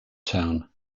town